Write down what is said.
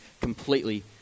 completely